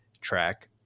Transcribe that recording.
track